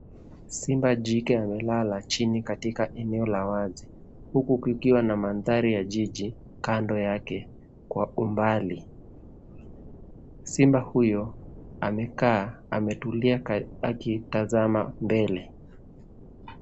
Simba jike amelala chini katika eneo la wazi, huku kukiwa na mandhari ya jiji kando yake kwa umbali. Simba huyu amekaa ametulia akitazama mbele.